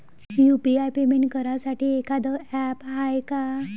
UPI payment करासाठी एखांद app हाय का?